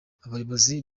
abayobozi